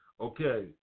okay